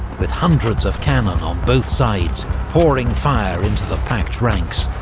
with hundreds of cannon on both sides pouring fire into the packed ranks.